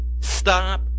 stop